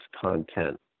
content